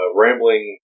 rambling